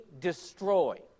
destroy